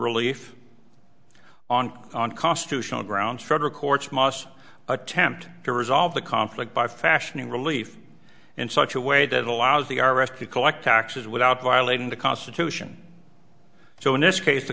relief on on constitutional grounds federal courts must attempt to resolve the conflict by fashioning relief in such a way that allows the our rescue collect taxes without violating the constitution so in this case the